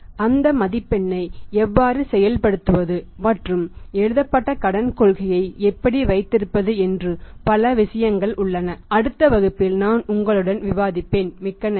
எனவே அந்த ஸ்கோர் ஐ எவ்வாறு செயல்படுத்துவது மற்றும் எழுதப்பட்ட கடன் கொள்கையை எப்படி வைத்திருப்பது என்று பல விஷயங்கள் உள்ளன அடுத்த வகுப்பில் நான் உங்களுடன் விவாதிப்பேன் மிக்க நன்றி